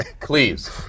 Please